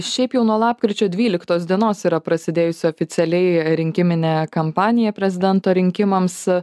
šiaip jau nuo lapkričio dvyliktos dienos yra prasidėjusi oficialiai rinkiminė kampanija prezidento rinkimams